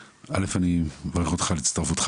עכשיו, ראשית אני מברך אותך על הצטרפותך